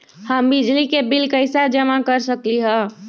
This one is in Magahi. हम बिजली के बिल कईसे जमा कर सकली ह?